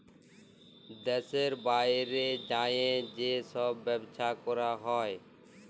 দ্যাশের বাইরে যাঁয়ে যে ছব ব্যবছা ক্যরা হ্যয়